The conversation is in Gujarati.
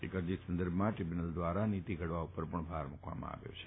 એક અરજી સંદર્ભમાં ટ્રીબ્યુનલ દ્વારા નીતી ઘડવા પર ભાર મુકવામાં આવ્યો છે